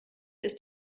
ist